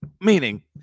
meaning